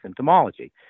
symptomology